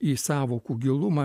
į sąvokų gilumą